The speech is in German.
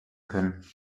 können